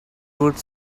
would